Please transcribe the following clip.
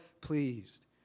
pleased